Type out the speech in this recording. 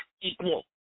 equal